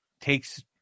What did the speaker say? takes